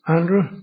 Andrew